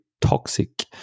toxic